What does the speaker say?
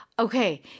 Okay